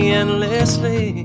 endlessly